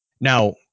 now